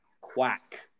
quack